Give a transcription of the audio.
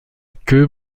queue